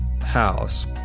house